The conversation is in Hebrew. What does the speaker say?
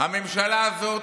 הממשלה הזאת